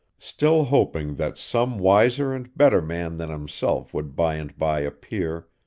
still hoping that some wiser and better man than himself would by and by appear,